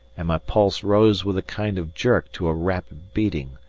and my pulse rose with a kind of jerk to a rapid beating,